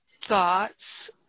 thoughts